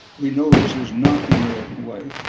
we know this is not the american way.